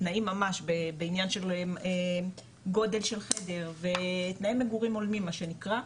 תנאים ממש בעניין של גודל של חדר ותנאי מגורים הולמים מה שנקרא,